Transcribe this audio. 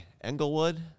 Englewood